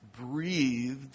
breathed